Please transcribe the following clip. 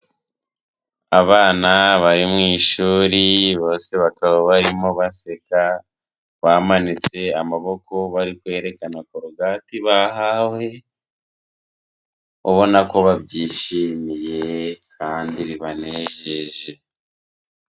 Abana bari mu ishuri bose bakaba barimo baseka, bamanitse amaboko bari kwerekana bahawe, ubona ko babyishimiye kandi bibanejeje.